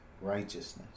righteousness